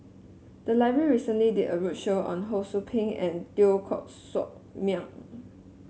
the library recently did a roadshow on Ho Sou Ping and Teo Koh Sock Miang